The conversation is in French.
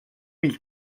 mille